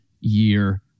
year